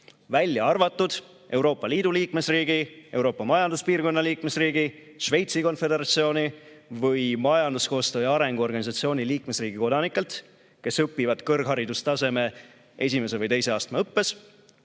välja arvatud Euroopa Liidu liikmesriigi, Euroopa Majanduspiirkonna liikmesriigi, Šveitsi Konföderatsiooni või Majanduskoostöö ja Arengu Organisatsiooni liikmesriigi kodanikelt, [seda nõutakse] üliõpilastelt, kes õpivad kõrgharidustaseme esimese või teise astme õppes,